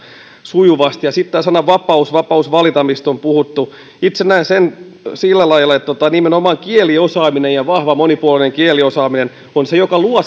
sujuvasti sitten on puhuttu tästä sanasta vapaus vapaudesta valita itse näen sen sillä lailla että nimenomaan kieliosaaminen eli vahva monipuolinen kieliosaaminen on se joka luo